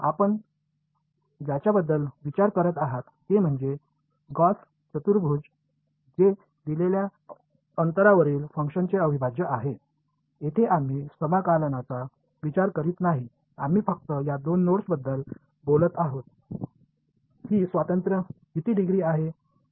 आपण ज्याच्याबद्दल विचार करत आहात ते म्हणजे गौस चतुर्भुज जे दिलेल्या अंतरावरील फंक्शनचे अविभाज्य आहे येथे आम्ही समाकलनाचा विचार करीत नाही आम्ही फक्त या 2 नोड्सबद्दल बोलत आहोत की स्वातंत्र्य किती डिग्री आहे